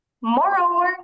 Moreover